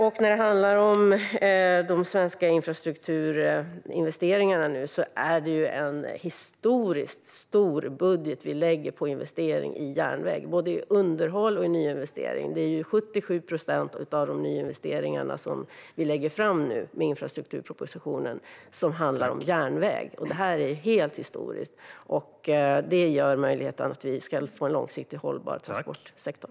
I de svenska infrastrukturinvesteringarna ingår det en historiskt stor budget för investeringar i järnväg. Det gäller både underhåll och nyinvestering. Det är 77 procent av nyinvesteringarna i infrastrukturpropositionen som handlar om järnväg, och det är historiskt. Det gör det möjligt för en långsiktigt hållbar transportsektor.